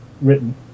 written